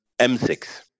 M6